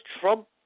Trump